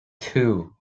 two